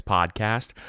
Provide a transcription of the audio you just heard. Podcast